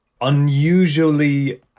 unusually